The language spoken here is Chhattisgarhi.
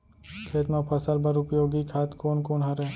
खेत म फसल बर उपयोगी खाद कोन कोन हरय?